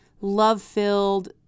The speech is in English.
love-filled